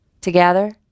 Together